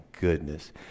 goodness